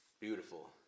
Beautiful